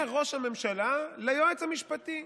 אומר ראש הממשלה ליועץ המשפטי: